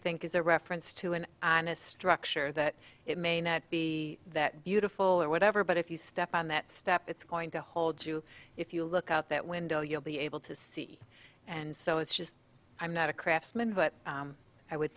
think is a reference to an honest structure that it may not be that beautiful or whatever but if you step on that step it's going to hold you if you look out that window you'll be able to see and so it's just i'm not a craftsman but i would